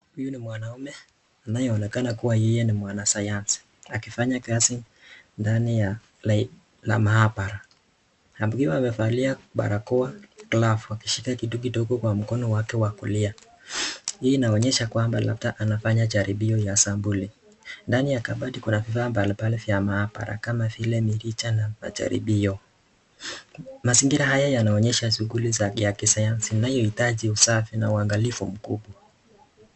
Huyu ni mwanaume anayeonekana kuwa yeye ni mwana sayansi akifanya kazi ndani ya la maabara akiwa amevalia barakoa glove akishika kitu kidogo kwa mkono wake wa kulia. Hii inaonyesha kwamba labda anafanya jaribio ya sampuli. Ndani ya kabati kuna vifaa mbalimbali vya maabara kama vile miricha na majaribio. Mazingira haya yanaonyesha shuguli za ya kisayansi inayohitaji usafi na uangalifu mkubwa.